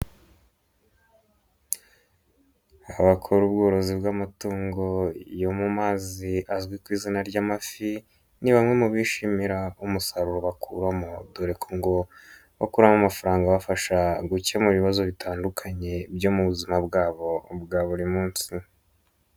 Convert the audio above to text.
Abakora ubworozi bw'amatungo yo mu mazi azwi ku izina ry'amafi ni bamwe mu bishimira umusaruro bakuramo dore ko ngo bakuramo amafaranga abafasha gukemura ibibazo bitandukanye byo mu buzima bwabo ubwa buri munsi.